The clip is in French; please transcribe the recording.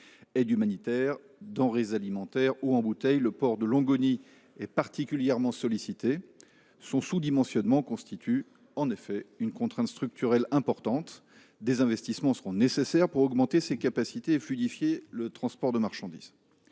Aide humanitaire, denrées alimentaires, eau en bouteille : le port de Longoni est particulièrement sollicité. Son sous dimensionnement constitue, en effet, une contrainte structurelle importante. Des investissements seront nécessaires pour augmenter ses capacités et fluidifier le transport de marchandises.